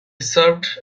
served